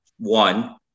One